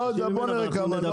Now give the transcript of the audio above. לא, בוא נראה כמה.